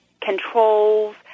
controls